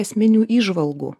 esminių įžvalgų